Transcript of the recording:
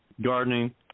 gardening